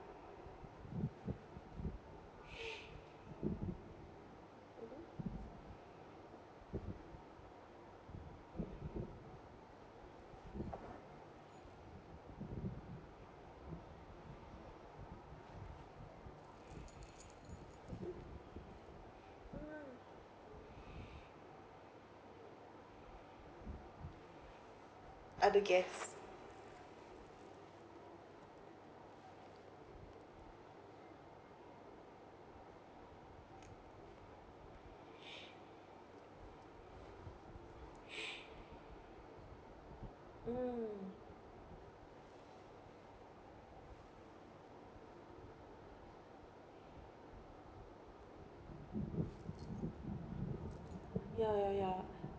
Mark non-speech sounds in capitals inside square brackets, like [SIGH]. (uh huh) (uh huh) mm other guest [BREATH] mm ya ya ya